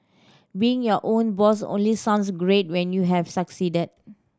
being your own boss only sounds great when you have succeeded